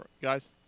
guys